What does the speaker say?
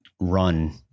run